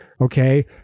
Okay